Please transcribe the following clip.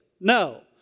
No